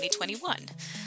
2021